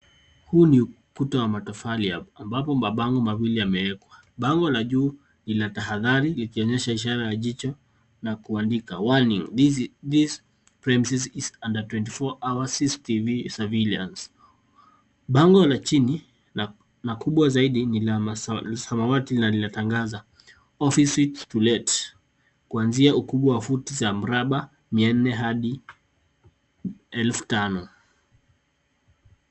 Huu ni ukuta wa matofali ambapo mabango mawili yamewekwa. Bango la juu ni la tahadhari likionyesha ishara ya jicho na kuandika warning this premises is under 24 hours system surveillance . Bango la chini na kubwa zaidi, ni la samawati na lina tangaza offices to let kuanzia ukubwa wa futi za mraba 400-5,000.